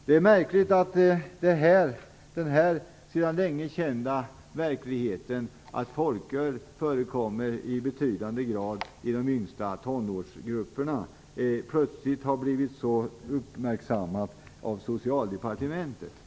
Det är märkligt att denna sedan länge kända verklighet - att folköl förekommer i betydande grad i de yngsta tonårsgrupperna - plötsligt har blivit så uppmärksammad av Socialdepartementet.